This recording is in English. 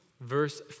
verse